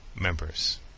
members